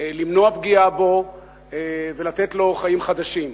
למנוע פגיעה בו ולתת לו חיים חדשים.